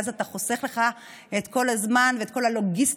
ואז אתה חוסך לך את כל הזמן ואת כל הלוגיסטיקה,